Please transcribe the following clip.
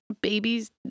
babies